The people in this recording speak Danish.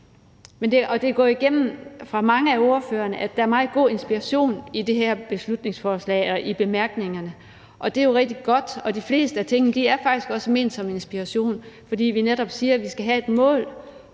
Og det er gået igen hos mange af ordførerne, at der er meget god inspiration i det her beslutningsforslag og i bemærkningerne, og det er jo rigtig godt. De fleste af tingene er faktisk også ment som inspiration, for vi siger netop, at vi skal have et mål,